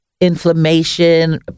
inflammation